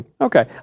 Okay